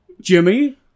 Jimmy